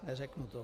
Neřeknu to.